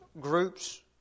groups